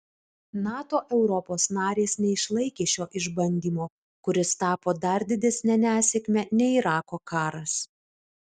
nato europos narės neišlaikė šio išbandymo kuris tapo dar didesne nesėkme nei irako karas